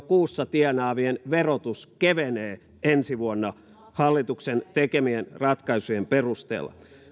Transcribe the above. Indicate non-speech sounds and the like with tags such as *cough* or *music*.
*unintelligible* kuussa tienaavien verotus kevenee ensi vuonna hallituksen tekemien ratkaisujen perusteella